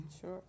Sure